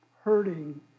hurting